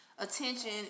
Attention